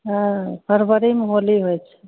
हँ फरबरीमे होली होइत छै